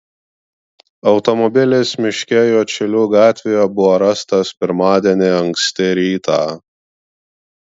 automobilis miške juodšilių gatvėje buvo rastas pirmadienį anksti rytą